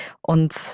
Und